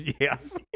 yes